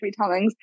retellings